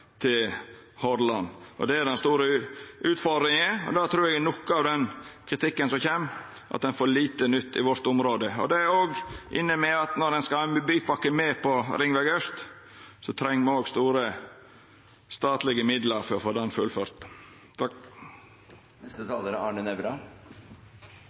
til Hordaland. Det er den store utfordringa, og det trur eg er bakgrunnen for noko av kritikken som kjem – at ein får lite nytt i området vårt. Det er òg inne med at når ein skal ha ein bypakke med på Ringveg Øst, treng me òg store statlege midlar for å få